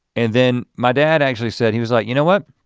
and then my dad actually said he was like, you know what?